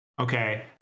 Okay